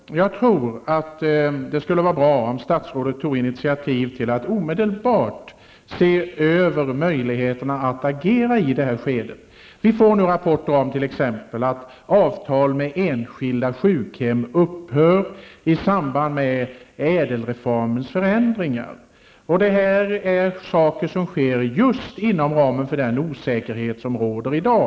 Det vore bra om statsrådet tog initiativ till att omedelbart se över möjligheterna att agera i detta skede. Vi får rapporter om t.ex. att avtal med enskilda sjukhem upphör i samband med ÄDEL reformens förändringar. Detta är saker som sker just inom ramen för den osäkerhet som råder i dag.